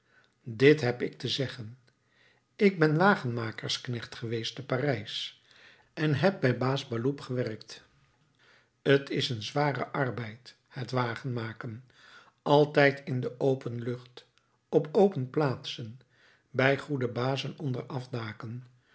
dit heb ik te zeggen ik ben wagenmakersknecht geweest te parijs en heb bij baas baloup gewerkt t is een zware arbeid het wagenmaken altijd in de open lucht op open plaatsen bij goede bazen onder afdaken